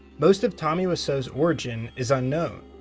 most of tommy wiseau's origin is unknown.